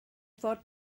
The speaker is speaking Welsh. fod